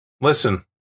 Listen